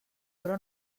però